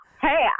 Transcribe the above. hey